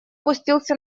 пустился